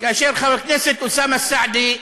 כאשר חבר הכנסת אוסאמה סעדי,